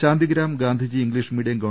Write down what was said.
Shantigram Gandhiji English medium ഗവ